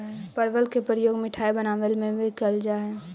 परवल के प्रयोग मिठाई बनावे में भी कैल जा हइ